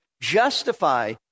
justify